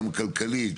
היא גם כלכלית,